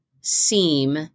seem